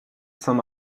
saint